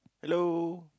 hello